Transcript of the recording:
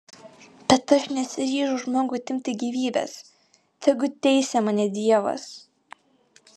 bet aš nesiryžau žmogui atimti gyvybės tegu teisia mane dievas